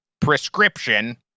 Prescription